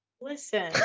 Listen